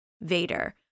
Vader